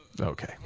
Okay